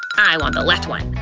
i want the left one.